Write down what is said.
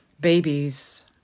babies